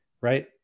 right